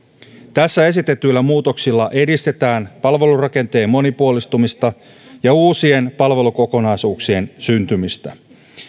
tässä esitetyillä muutoksilla edistetään palvelurakenteen monipuolistumista ja uusien palvelukokonaisuuksien syntymistä